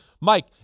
Mike